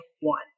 One